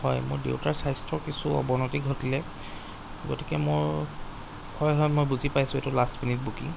হয় মোৰ দেউতাৰ স্বাস্থ্যৰ কিছু অৱনতি ঘটিলে গতিকে মোৰ হয় হয় মই বুজি পাইছোঁ এইটো লাষ্ট মিনিট বুকিং